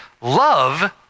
love